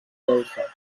dolça